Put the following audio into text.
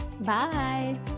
Bye